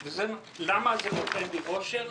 למה זה נותן בי אושר?